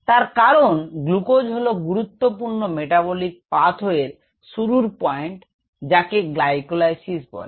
তার কারণ গ্লুকোজ হল গুরুত্বপূর্ণ metabolic pathway এর শুরুর পয়েন্ট যাকে গ্লাইকোলাইসিস বলে